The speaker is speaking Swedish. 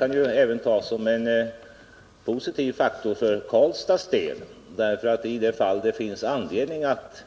kan även tas som en positiv faktor för Karlstads del. I det fall det finns anledning att